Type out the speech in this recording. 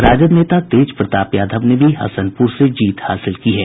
राजद नेता तेज प्रताप यादव ने भी हसनपुर से जीत हासिल की है